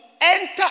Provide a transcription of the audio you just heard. enter